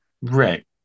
Right